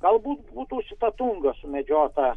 galbūt būtų sitatunga sumedžiota